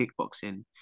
kickboxing